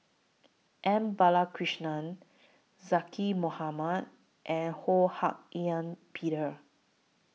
M Balakrishnan Zaqy Mohamad and Ho Hak Ean Peter